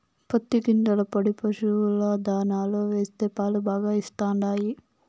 పత్తి గింజల పొడి పశుల దాణాలో వేస్తే పాలు బాగా ఇస్తండాయి